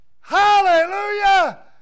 Hallelujah